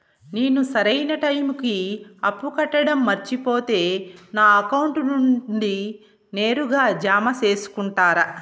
నేను సరైన టైముకి అప్పు కట్టడం మర్చిపోతే నా అకౌంట్ నుండి నేరుగా జామ సేసుకుంటారా?